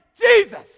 Jesus